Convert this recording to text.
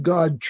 God